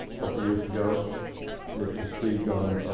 couple of years ago to speak on